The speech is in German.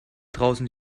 draußen